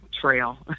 trail